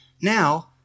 Now